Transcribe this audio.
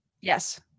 yes